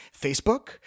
Facebook